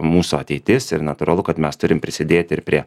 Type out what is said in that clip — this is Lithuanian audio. mūsų ateitis ir natūralu kad mes turim prisidėti ir prie